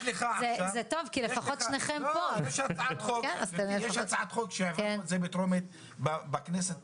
יש הצעת חוק שהעברנו בטרומית בכנסת